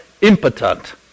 impotent